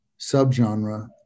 subgenre